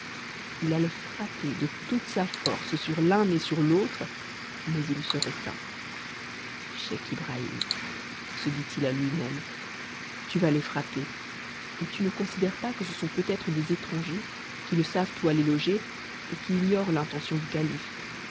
h allait frapper de toute sa force sur l'un et sur l'autre mais it se retint scheich ibrahim se dit-il à lui-même tu y s les frapper et tu ne considères pas que ce sont peut-être des étrangers qui ne savent où aller loger et qui ignorent l'intention du calife